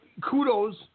kudos